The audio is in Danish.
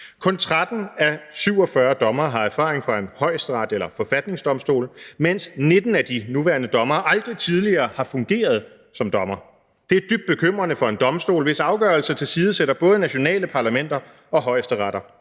Kun 13 af 47 dommere har erfaring fra en højesteret eller forfatningsdomstol, mens 19 af de nuværende dommere aldrig tidligere har fungeret som dommer. Det er dybt bekymrende for en domstol, hvis afgørelser tilsidesætter både nationale parlamenter og højesteretter.